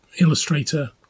illustrator